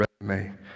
resume